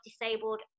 disabled